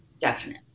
Definite